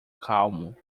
calmo